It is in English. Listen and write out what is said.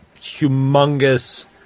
humongous